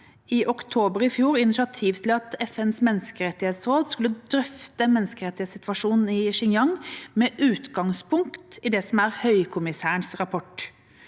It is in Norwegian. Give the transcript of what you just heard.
i oktober i fjor initiativ til at FNs menneskerettighetsråd skulle drøfte menneskerettighetssituasjonen i Xinjiang, med utgangspunkt i det som er Høykommissærens rapport.